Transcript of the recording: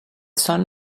son